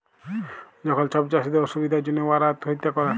যখল ছব চাষীদের অসুবিধার জ্যনহে উয়ারা আত্যহত্যা ক্যরে